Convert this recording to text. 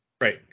Right